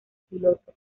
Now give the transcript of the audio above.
piloto